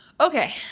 Okay